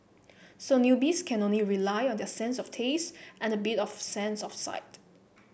so newbies can only rely on their sense of taste and a bit of sense of sight